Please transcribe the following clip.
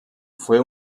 fue